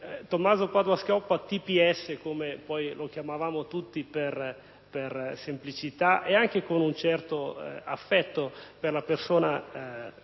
Tommaso Padoa-Schioppa, o «TPS», come lo chiamavamo tutti per semplicità e anche con un certo affetto per la brava